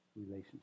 relationship